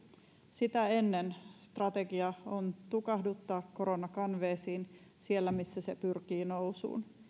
sitä ennen strategia on tukahduttaa korona kanveesiin siellä missä se pyrkii nousuun